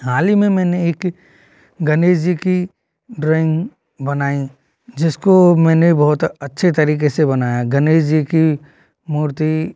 हाल ही में मैंने एक गणेश जी की ड्रॉइंग बनाई जिसको मैंने बहुत अच्छे तरीके से बनाया गणेश जी की मूर्ति